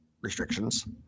restrictions